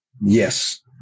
yes